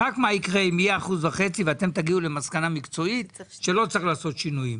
יהיה 1.5% ואתם תגיעו למסקנה מקצועית שלא צריך לעשות שינויים.